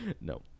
No